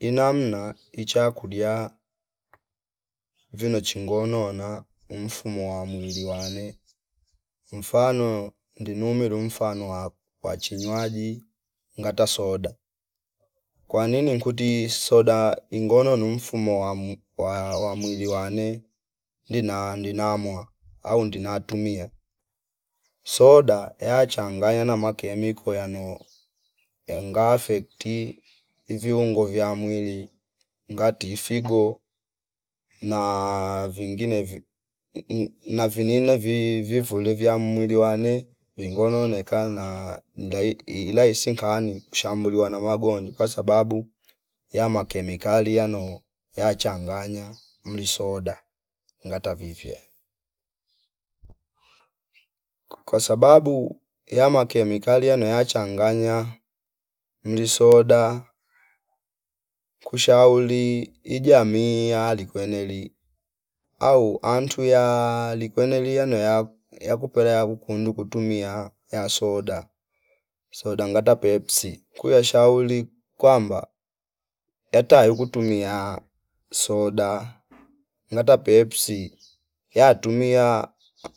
Inamna ichakulia vino chi ngono wana umfumo wa mwili wane mfano ndinumilu mfano waku wa chinywaji ngata soda kwanini nkuti soda ingono nui mfumo wam wa- wamwili wani nina ndinamwa au ndina tumia soda yachanganya na makemiko yano yanga fecti iviungo vya mwili ngati figo na vingine vi na vinina vi vivulke vya mwili wane ingonekana na ndai ilaisikani shambulia na magonjwa kwasababu ya makemikali yano yachanganya mli soda ngata vivyo. Kwa ssababu ya makemikali yano ya changanya mli soda kushauli ijamii yali kweneli au antuya ali kweneli yano ya- yakupela yakukundu kutumia yasoda soda ngata pepsi kuya shauli kwamba yata yaukutumia soda ngata pepsi yatumia